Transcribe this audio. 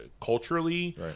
culturally